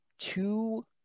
two